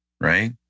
Right